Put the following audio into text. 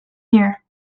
here